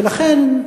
ולכן,